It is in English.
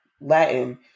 latin